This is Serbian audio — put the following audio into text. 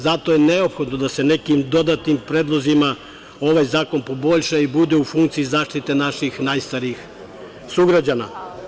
Zato je neophodno da se nekim dodatnim predlozima ovaj zakon poboljša i bude u funkciji zaštite naših najstarijih sugrađana.